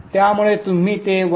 त्यामुळे तुम्ही ते 1